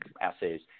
assays